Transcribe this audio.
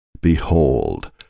Behold